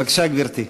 בבקשה, גברתי.